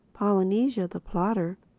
polynesia, the plotter,